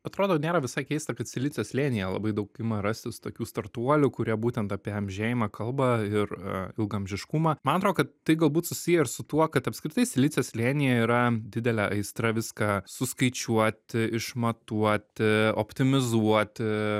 atrodo nėra visai keista kad silicio slėnyje labai daug ima rastis tokių startuolių kurie būtent apie amžėjimą kalba ir ilgaamžiškumą man atrodo kad tai galbūt susiję ir su tuo kad apskritai silicio slėnyje yra didelė aistra viską suskaičiuoti išmatuoti optimizuoti